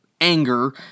anger